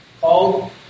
Called